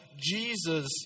Jesus